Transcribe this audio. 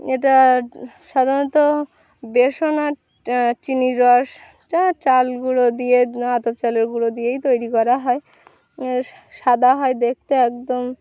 এটা সাধারণত বেসন আর চিনির রস যা চাল গুঁড়ো দিয়ে আতপ চালের গুঁড়ো দিয়েই তৈরি করা হয় সাদা হয় দেখতে একদম